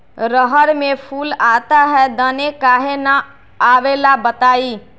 रहर मे फूल आता हैं दने काहे न आबेले बताई?